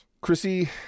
Chrissy